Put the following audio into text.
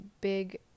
big